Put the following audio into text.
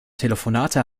telefonate